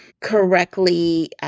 correctly